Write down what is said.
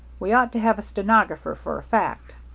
we ought to have a stenographer for a fact.